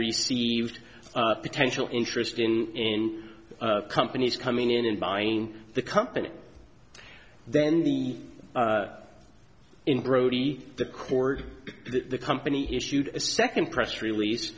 received a potential interest in companies coming in and buying the company then the in brody the court the company issued a second press release